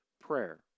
prayer